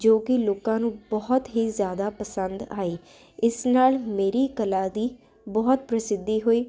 ਜੋ ਕਿ ਲੋਕਾਂ ਨੂੰ ਬਹੁਤ ਹੀ ਜਿਆਦਾ ਪਸੰਦ ਆਈ ਇਸ ਨਾਲ ਮੇਰੀ ਕਲਾ ਦੀ ਬਹੁਤ ਪ੍ਰਸਿੱਧੀ ਹੋਈ